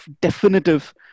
definitive